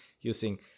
using